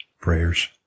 Prayers